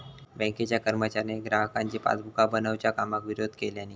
बँकेच्या कर्मचाऱ्यांनी ग्राहकांची पासबुका बनवच्या कामाक विरोध केल्यानी